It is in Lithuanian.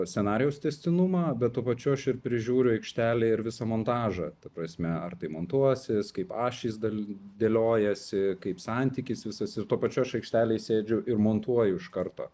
scenarijaus tęstinumą bet tuo pačiu aš ir prižiūriu aikštelę ir visą montažą ta prasme ar tai montuosis kaip ašys dal dėliojasi kaip santykis visas ir tuo pačiu aš aikštelėj sėdžiu ir montuoju iš karto